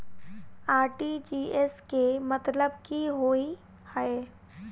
RTGS केँ मतलब की होइ हय?